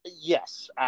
Yes